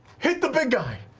hit the big guy!